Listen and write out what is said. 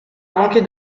manquer